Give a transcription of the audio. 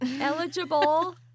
Eligible